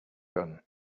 gun